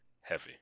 heavy